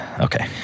okay